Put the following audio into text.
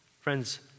Friends